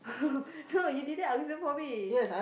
no you didn't answer for me